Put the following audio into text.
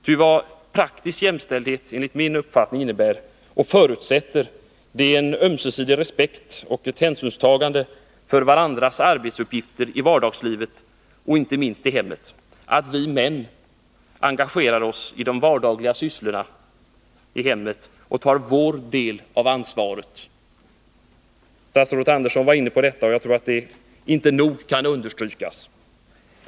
Ty vad praktisk jämställdhet enligt min uppfattning innebär och förutsätter, det är en ömsesidig respekt för och ett hänsynstagande till varandras arbetsuppgifter i vardagslivet och inte minst i hemmet och att vi män engagerar oss i de vardagliga sysslorna i hemmet och tar vår del av ansvaret. Statsrådet Andersson var inne på detta, och det kan inte nog understrykas.